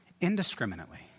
indiscriminately